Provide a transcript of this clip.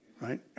right